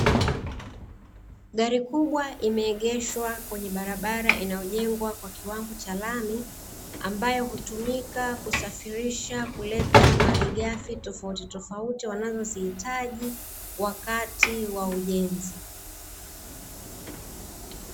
Gari kubwa, imeegeshwa kwenye barabara inayojengwa kwa kiwango cha lami, ambayo hutumika kusafirisha kuleta malighafi tofautitofauti wanazozihitaji wakati wa ujenzi.